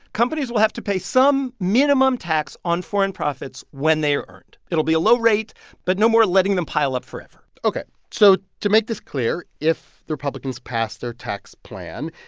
companies will have to pay some minimum tax on foreign profits when they are earned. it'll be a low rate but no more letting them pile up forever ok. so to make this clear, if the republicans pass their tax plan,